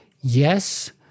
Yes